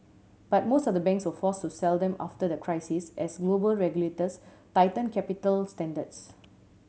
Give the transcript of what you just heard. but most of the banks were force to sell them after the crisis as global regulators tighten capital standards